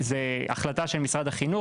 זו החלטה של משרד החינוך,